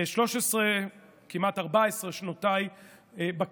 ב-13, כמעט 14, שנותיי בכנסת